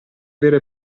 vera